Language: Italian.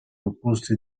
opposti